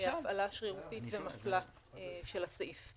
הפעלה שרירותית ומפלה של הסעיף.